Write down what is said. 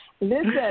Listen